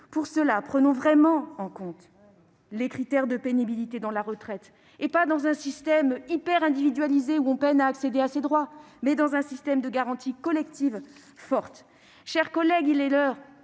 Pour cela, prenons vraiment en compte les critères de pénibilité dans le calcul de la retraite : à la place d'un système hyperindividualisé où l'on peine à accéder à ses droits, prévoyons un système de garanties collectives fortes ! Mes chers collègues, il est l'heure